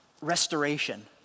restoration